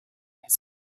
his